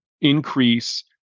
increase